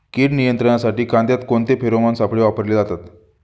कीड नियंत्रणासाठी कांद्यात कोणते फेरोमोन सापळे वापरले जातात?